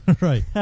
Right